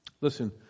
Listen